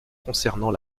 concernant